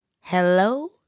Hello